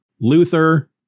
Luther